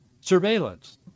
surveillance